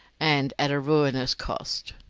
and at a ruinous cost.